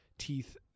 teeth